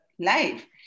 life